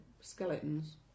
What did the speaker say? skeletons